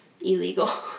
illegal